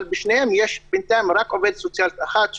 אבל בשניהם יש בינתיים רק עובדת סוציאלית אחת,